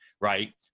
Right